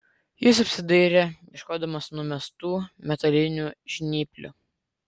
jis apsidairė ieškodamas numestų metalinių žnyplių